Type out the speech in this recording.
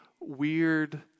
weird